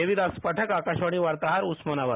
देविदास पाठक आकाशवाणी वार्ताहार उस्मानाबाद